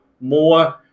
more